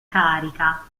carica